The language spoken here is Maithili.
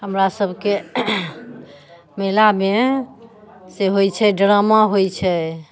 हमरा सभके मेलामे से होइ छै ड्रामा होइ छै